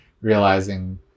realizing